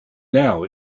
now